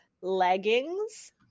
leggings